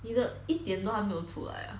你的一点都还没有出来 ah